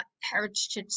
Heritage